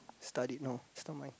studied no it's not mine